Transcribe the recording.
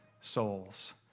souls